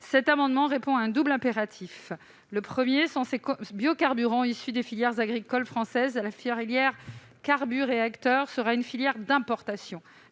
Cela répond à un double impératif. D'une part, sans ces biocarburants issus des filières agricoles françaises, la filière « carburéacteurs » sera une filière d'importation,